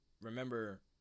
remember